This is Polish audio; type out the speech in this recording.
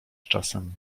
czasem